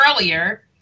earlier